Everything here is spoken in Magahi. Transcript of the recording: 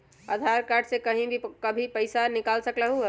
आधार कार्ड से कहीं भी कभी पईसा निकाल सकलहु ह?